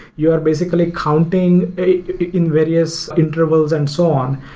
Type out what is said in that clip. you are basically counting in various intervals and so on,